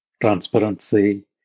transparency